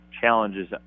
challenges